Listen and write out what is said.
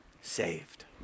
saved